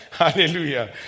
Hallelujah